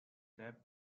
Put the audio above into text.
tap